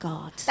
God